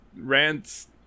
rants